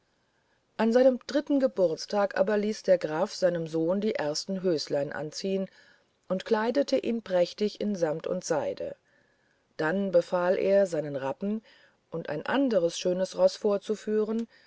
an seinem dritten geburtstag aber ließ der graf seinem sohn die ersten höslein anziehen und kleidete ihn prächtig in samt und seide dann befahl er seinen rappen und ein anderes schönes roß vorzuführen